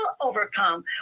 overcome